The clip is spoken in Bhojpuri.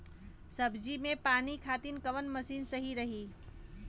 सब्जी में पानी खातिन कवन मशीन सही रही?